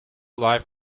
live